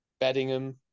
Beddingham